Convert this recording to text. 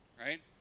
right